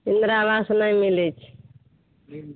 इन्दिराआवास नहि मिलैत छै